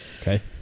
Okay